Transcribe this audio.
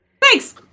Thanks